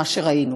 מה שראינו